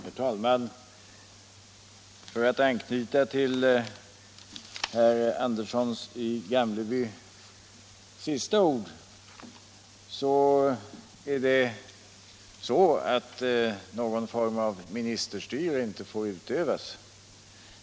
Herr talman! För att anknyta till herr Anderssons i Gamleby sista ord vill jag säga att någon form av ministerstyre inte får utövas.